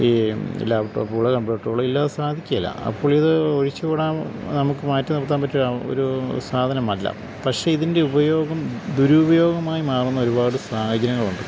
ഈ ലാപ്ടോപ്പുകള് കമ്പ്യൂട്ടറുകള് ഇല്ലാതെ സാധിക്കേലാ അപ്പോളിത് ഒഴിച്ചുകൂടാൻ നമുക്കു മാറ്റി നിർത്താൻ പറ്റുന്ന ഒരു സാധനമല്ല പക്ഷെ ഇതിൻ്റെ ഉപയോഗം ദുരൂപയോഗമായി മാറുന്ന ഒരുപാട് സാഹചര്യങ്ങളുണ്ട്